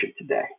today